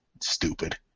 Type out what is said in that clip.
Stupid